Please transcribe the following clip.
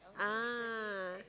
ah